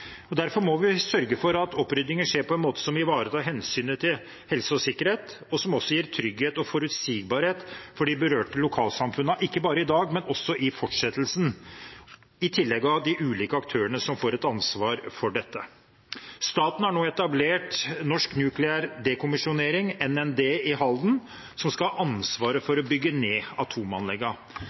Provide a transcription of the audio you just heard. Derfor må vi sørge for at oppryddingen skjer på en måte som ivaretar hensynet til helse og sikkerhet, og som gir trygghet og forutsigbarhet for de berørte lokalsamfunnene – ikke bare i dag, men også i fortsettelsen – i tillegg til de ulike aktørene som får et ansvar for dette. Staten har nå etablert Norsk nukleær dekommisjonering, NND, i Halden, som skal ha ansvaret for å bygge ned